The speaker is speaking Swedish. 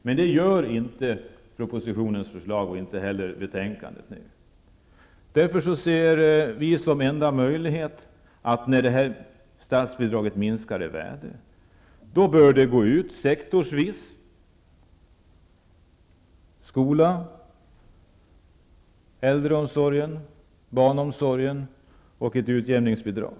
Men det finns inte med i propositionens förslag eller i betänkandet. Vi ser som enda möjlighet att statsbidraget, när det minskar i värde, i stället bör utgå sektorsvis till skola, äldreomsorg, barnomsorg och dessutom som ett utjämningsbidrag.